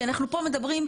כי אנחנו פה מדברים,